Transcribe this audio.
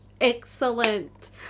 excellent